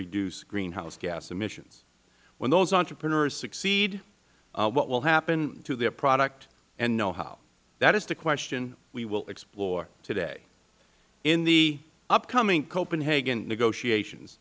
reduce greenhouse gas emissions when those entrepreneurs succeed what will happen to their product and know how that is the question we will explore today in the upcoming copenhagen negotiations